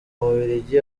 bubiligi